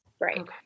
Right